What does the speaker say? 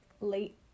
late